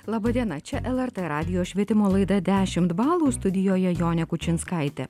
laba diena čia lrt radijo švietimo laida dešimt balų studijoje jonė kučinskaitė